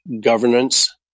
governance